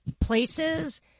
places